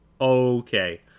okay